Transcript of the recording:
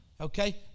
okay